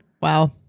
Wow